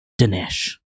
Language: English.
Dinesh